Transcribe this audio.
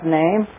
name